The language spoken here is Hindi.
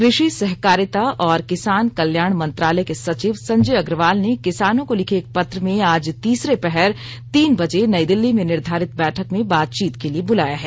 कृषि सहकारिता और किसान कल्याण मंत्रालय के सचिव संजय अग्रवाल ने किसानों को लिखे एक पत्र में आज तीसरे पहर तीन बजे नई दिल्ली में निर्धारित बैठक में बातचीत के लिए बूलाया है